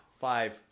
Five